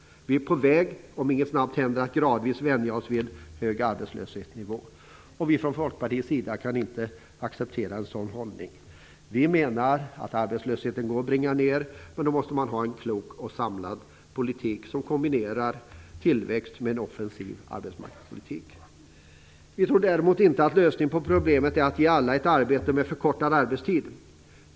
Vi är på väg, om inget snabbt händer, att gradvis vänja oss vid en hög arbetslöshetsnivå. Vi från Folkpartiets sida kan inte acceptera en sådan hållning. Vi menar att arbetslösheten går att bringa ned, men då måste man ha en klok och samlad politik som kombinerar tillväxt med offensiv arbetsmarknadspolitik. Vi tror däremot inte att lösningen på problemet med att ge alla ett arbete är förkortad arbetstid.